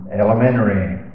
elementary